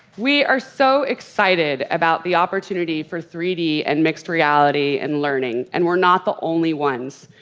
we are so excited about the opportunity for three d and mixed reality and learning, and we're not the only ones.